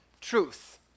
truth